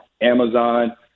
Amazon